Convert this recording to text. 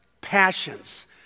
passions